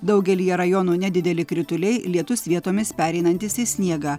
daugelyje rajonų nedideli krituliai lietus vietomis pereinantis į sniegą